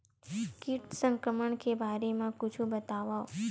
कीट संक्रमण के बारे म कुछु बतावव?